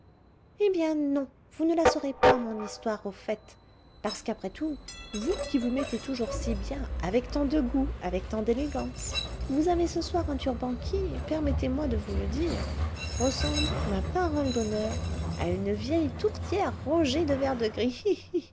eh bien non vous ne la saurez pas mon histoire au fait parce qu'après tout vous qui vous mettez toujours si bien avec tant de goût avec tant d'élégance vous avez ce soir un turban qui permettez-moi de vous le dire ressemble ma parole d'honneur à une vieille tourtière rongée de vert-de-gris